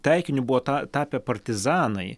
taikiniu buvo tą tapę partizanai